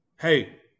Hey